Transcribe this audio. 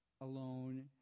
alone